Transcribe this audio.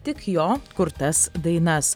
tik jo kurtas dainas